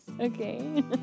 Okay